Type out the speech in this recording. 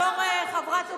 כנסת נכבדה,